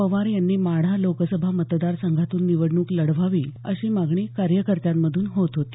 पवार यांनी माढा लोकसभा मतदार संघातून निवडणूक लढवावी अशी मागणी कार्यकर्त्यांमधून होत होती